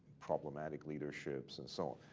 problematic leaderships, and so on.